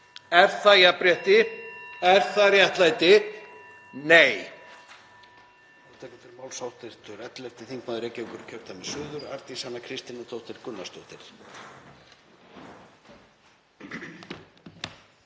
Er það jafnrétti? Er það réttlæti? Nei.